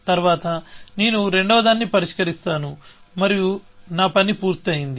తరువాత నేను రెండవదాన్ని పరిష్కరిస్తాను మరియు నా పని పూర్తయింది